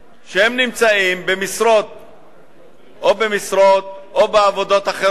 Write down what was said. שנמצאים או במשרות או בעבודות אחרות,